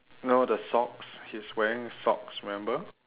no the socks he's wearing socks remember